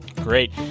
Great